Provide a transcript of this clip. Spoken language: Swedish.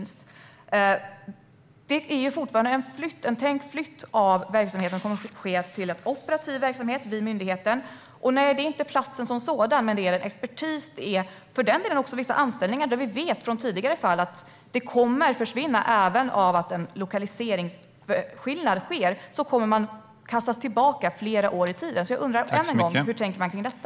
Det är fortfarande en flytt av verksamhet som kommer att ske, och det blir en operativ verksamhet vid myndigheten. Det handlar inte om platsen som sådan, men det handlar om expertisen och om vissa anställningar. Av erfarenhet vet vi att kompetens kommer att försvinna även av en lokaliseringsförändring. Man kommer att kastas tillbaka flera år i tiden. Jag undrar än en gång: Hur tänker man kring detta?